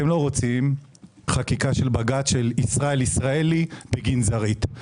אתם לא רוצים חקיקה של בג"ץ של ישראל ישראלי בגין זרעית.